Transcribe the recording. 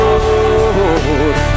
Lord